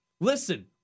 Listen